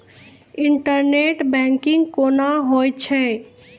Internet banking कोना होय छै?